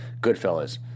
Goodfellas